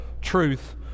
truth